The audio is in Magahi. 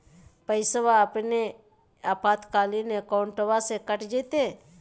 पैस्वा अपने आपातकालीन अकाउंटबा से कट जयते?